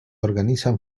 organizan